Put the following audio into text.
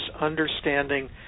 understanding